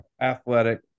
athletic